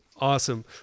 Awesome